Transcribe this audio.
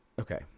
okay